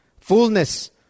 Fullness